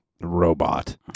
robot